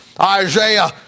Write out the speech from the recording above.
Isaiah